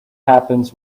happens